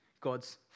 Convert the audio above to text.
God's